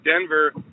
Denver